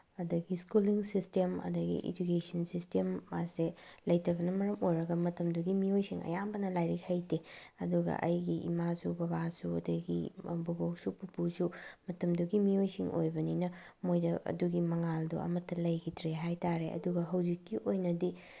ꯑꯗꯒꯤ schooling system ꯑꯗꯒꯤ education system ꯃꯥꯁꯦ ꯂꯩꯇꯕꯅ ꯃꯔꯝ ꯑꯣꯏꯔꯒ ꯃꯇꯝꯗꯨꯒꯤ ꯃꯤꯑꯣꯏꯁꯤꯡ ꯑꯌꯥꯝꯕꯅ ꯂꯥꯏꯔꯤꯛ ꯍꯩꯇꯦ ꯑꯗꯨꯒ ꯑꯩꯒꯤ ꯏꯃꯥꯁꯨ ꯕꯕꯥꯁꯨ ꯑꯗꯒꯤ ꯕꯣꯕꯣꯛꯁꯨ ꯄꯨꯄꯨꯁꯨ ꯃꯇꯝꯗꯨꯒꯤ ꯃꯤꯑꯣꯏꯁꯤꯡ ꯑꯣꯏꯕꯅꯤꯅ ꯃꯣꯏꯗ ꯑꯗꯨꯒꯤ ꯃꯉꯥꯜꯗꯣ ꯑꯃꯠꯇ ꯂꯩꯈꯤꯗ꯭ꯔꯦ ꯍꯥꯏꯇꯥꯔꯦ ꯑꯗꯨꯒ ꯍꯧꯖꯤꯛꯀꯤ ꯑꯣꯏꯅꯗꯤ